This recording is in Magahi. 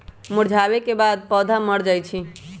मुरझावे के बाद पौधा मर जाई छई